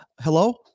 Hello